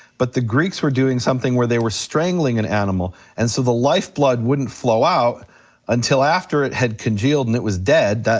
but the greeks were doing something where they were strangling an animal. and so the lifeblood wouldn't flow out until after it had congealed and it was dead,